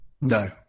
no